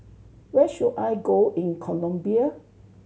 where should I go in Colombia